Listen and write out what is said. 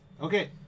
Okay